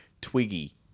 Twiggy